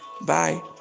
Bye